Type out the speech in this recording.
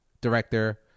Director